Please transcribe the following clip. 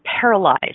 paralyzed